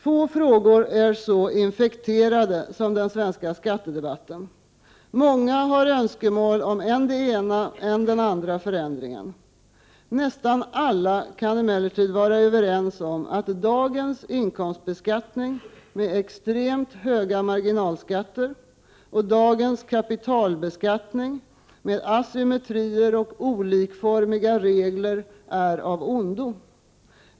Få frågor är så infekterade som den svenska skattedebatten. Många har önskemål om än den ena, än den andra förändringen. Nästan alla kan emellertid vara överens om att dagens inkomstbeskattning med extremt höga marginalskatter och dagens kapitalbeskattning med asymmetrier och olikformiga regler är av ondo.